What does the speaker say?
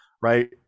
Right